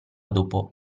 dopo